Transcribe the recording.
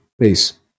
Peace